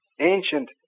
ancient